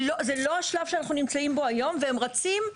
זה לא השלב שאנחנו נמצאים בו היום והם רצים,